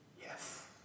Yes